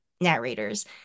narrators